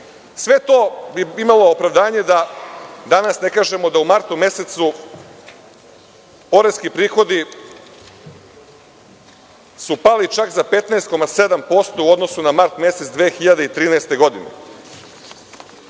itd. Sve to bi imalo opravdanje da danas ne kažemo da su u martu mesecu poreski prihodi pali čak za 15,7% u odnosu na mart mesec 2013. godine.